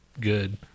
Good